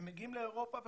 הם מגיעים לאירופה וחוזרים,